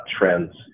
trends